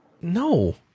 No